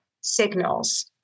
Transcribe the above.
signals